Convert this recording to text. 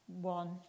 one